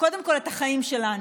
קודם כול את החיים שלנו.